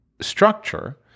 structure